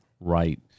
Right